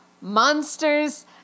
Monsters